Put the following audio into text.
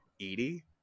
Edie